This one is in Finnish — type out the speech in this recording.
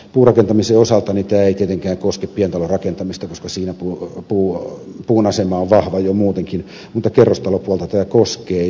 puurakentamisen osalta tämä ei tietenkään koske pientalorakentamista koska siinä puun asema on vahva jo muutenkin mutta kerrostalopuolta tämä koskee